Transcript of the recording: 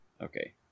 Okay